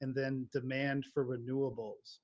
and then demand for renewables.